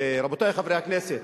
רבותי חברי הכנסת,